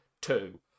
two